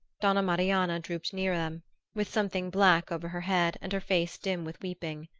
donna marianna drooped near them, with something black over her head and her face dim with weeping.